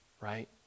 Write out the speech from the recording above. right